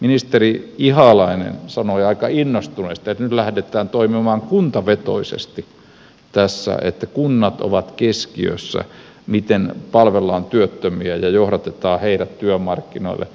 ministeri ihalainen sanoi aika innostuneesti että nyt lähdetään toimimaan kuntavetoisesti tässä että kunnat ovat keskiössä siinä miten palvellaan työttömiä ja johdatetaan heidät työmarkkinoille